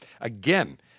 again